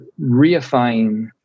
reifying